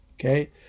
okay